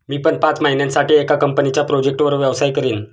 मी पण पाच महिन्यासाठी एका कंपनीच्या प्रोजेक्टवर व्यवसाय करीन